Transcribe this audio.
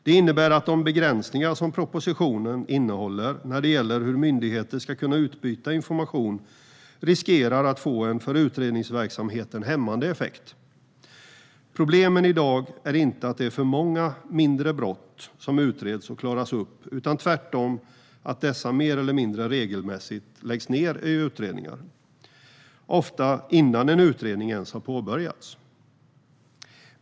Det innebär att de begränsningar som propositionen innehåller när det gäller hur myndigheter ska kunna utbyta information riskerar att få en för utredningsverksamheten hämmande effekt. Problemet i dag är inte att det är för många mindre brott som utreds och klaras upp utan tvärtom att dessa mer eller mindre regelmässigt läggs ned, ofta innan en utredning ens har påbörjats.